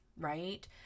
right